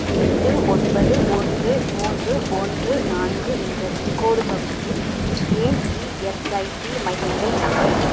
எட்டு ஒன்பது ஒன்று மூன்று ஒன்று நான்கு என்ற பின்கோடு பகுதியில் ஏன் இஎஸ்ஐசி மையங்கள் இல்லை